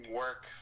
work